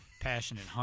passionate